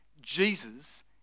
Jesus